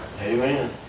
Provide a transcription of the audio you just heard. Amen